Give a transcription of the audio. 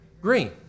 Green